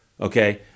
Okay